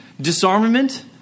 disarmament